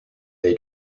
they